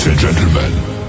Gentlemen